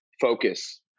focus